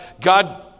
God